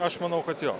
aš manau kad jo